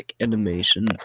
animation